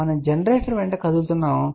మనము జనరేటర్ వెంట కదులుతున్నాము